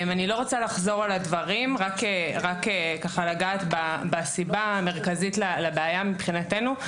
אני רוצה רק לגעת בסיבה המרכזית לבעיה מבחינתנו.